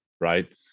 right